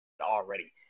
Already